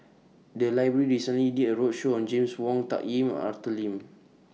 The Library recently did A roadshow on James Wong Tuck Yim and Arthur Lim